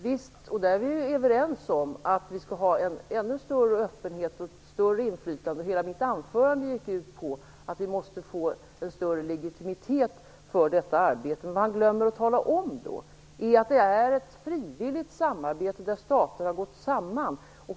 Vi är överens om att vi skall ha en ännu större öppenhet och ett större inflytande. Hela mitt anförande gick ut på att vi måste få en större legitimitet för detta arbete. Vad man glömmer att tala om är att det är ett frivilligt arbete där stater har gått samman.